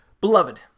Beloved